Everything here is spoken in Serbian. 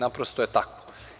Naprosto je tako.